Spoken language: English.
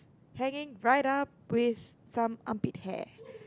hanging right up with some armpit hair